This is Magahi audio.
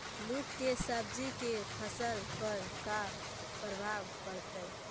लुक से सब्जी के फसल पर का परभाव पड़तै?